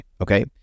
okay